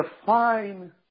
define